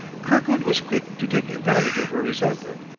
kirkwood was quick to take advantage of her resentment.